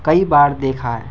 کئی بار دیکھا ہے